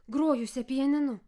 grojusią pianinu